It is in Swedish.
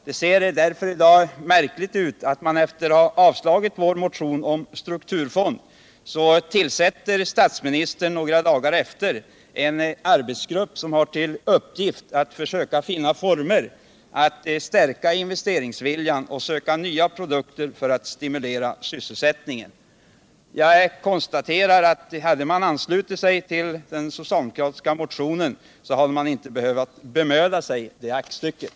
Det ser därför i dag märkligt ut att några dagar efter att man har avslagit vår motion om strukturfond tillsätter statsministern en arbetsgrupp som har till uppgift att försöka finna former att stärka investeringsviljan och stödja nya produkter för att stimulera sysselsättningen. Jag konstaterar att om man hade anslutit sig till den socialdemokratiska motionen så hade man inte behövt bemöda sig om det aktstycket.